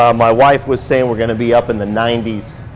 um my wife was saying, we're gonna be up in the nineties,